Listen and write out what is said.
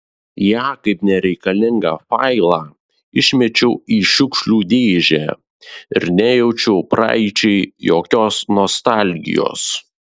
ją kaip nereikalingą failą išmečiau į šiukšlių dėžę ir nejaučiau praeičiai jokios nostalgijos